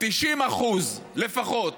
90% לפחות